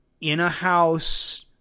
in-a-house